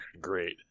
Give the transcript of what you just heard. great